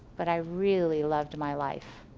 but i really loved my life.